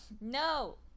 No